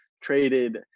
traded